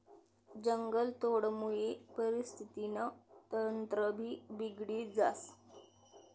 जंगलतोडमुये परिस्थितीनं तंत्रभी बिगडी जास